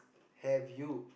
have you